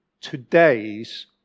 today's